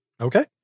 Okay